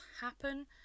happen